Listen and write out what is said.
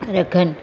रखनि